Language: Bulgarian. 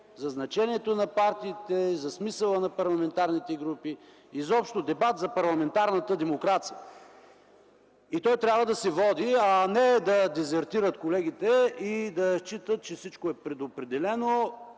за значението на партиите, за смисъла на парламентарните групи, изобщо дебат за парламентарната демокрация. И той трябва да се води, а не да дезертират колегите и да считат, че всичко е предопределено.